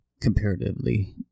comparatively